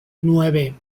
nueve